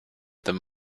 them